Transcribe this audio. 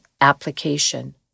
application